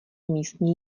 místní